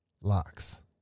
locks